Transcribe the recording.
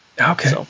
Okay